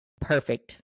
perfect